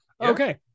Okay